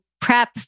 prep